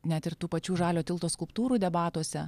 net ir tų pačių žalio tilto skulptūrų debatuose